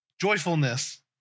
Joyfulness